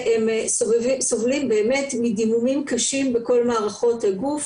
הם סובלים מדימומים קשים בכל מערכת הגוף,